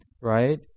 right